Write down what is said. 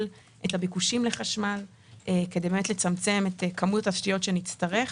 את הביקושים לחשמל כדי לצמצם את כמות התשתיות שנצטרך.